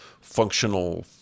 functional